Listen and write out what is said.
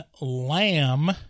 Lamb